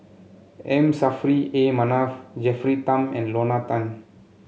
M Saffri A Manaf Jennifer Tham and Lorna Tan